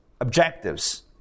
objectives